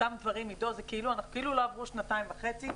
אלו אותם דברים זה כאילו לא עברו שנתיים וחצי.